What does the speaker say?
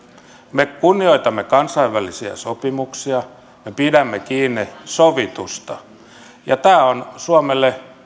me kunnioitamme kansainvälisiä sopimuksia me pidämme kiinni sovitusta tämä on suomelle